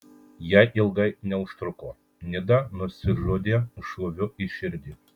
jie ilgai neužtruko nida nusižudė šūviu į širdį